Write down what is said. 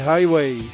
Highway